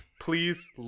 Please